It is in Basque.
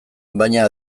baina